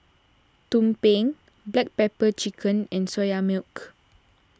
Tumpeng Black Pepper Chicken and Soya Milk